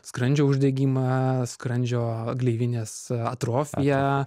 skrandžio uždegimą skrandžio gleivinės atrofiją